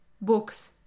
Books